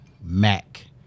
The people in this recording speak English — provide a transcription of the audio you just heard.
Mac